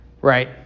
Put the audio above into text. Right